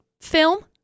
film